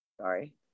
Sorry